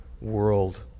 world